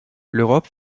l’europe